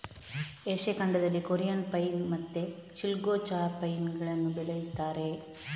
Asia ಖಂಡದಲ್ಲಿ Korean pine ಮತ್ತೆ chilgoza pine ಗಳನ್ನ ಬೆಳೀತಾರೆ